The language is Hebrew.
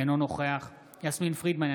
אינו נוכח יסמין פרידמן,